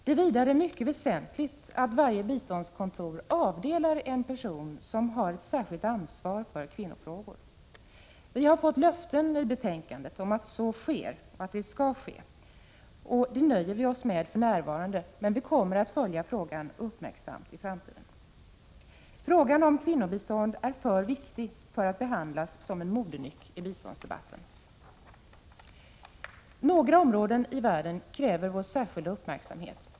Det är vidare mycket väsentligt att varje biståndskontor avdelar en person som har ett särskilt ansvar för kvinnofrågor. I betänkandet ges löften om att så skall ske, och vi nöjer oss i folkpartiet för närvarande med det men kommer att följa frågan uppmärksamt i framtiden. Frågan om kvinnobistånd är för viktig för att behandlas som en modenyck i biståndsdebatten. Några områden i världen kräver särskild uppmärksamhet.